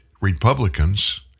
Republicans